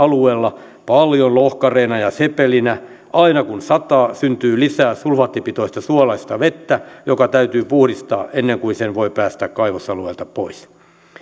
alueella paljon lohkareena ja sepelinä niin aina kun sataa syntyy lisää sulfaattipitoista suolaista vettä joka täytyy puhdistaa ennen kuin sen voi päästää kaivosalueelta pois